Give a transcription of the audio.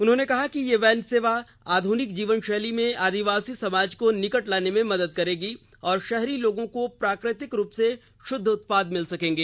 उन्होंने कहा कि ये वैन सेवा आधुनिक जीवन शैली में आदिवासी समाज को निकट लाने में मदद करेगी और शहरी लोगों को प्राकृतिक रुप से शुद्ध उत्पाद मिल सकेंगे